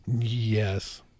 Yes